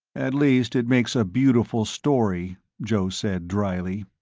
at least it makes a beautiful story, joe said dryly.